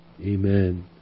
Amen